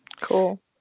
Cool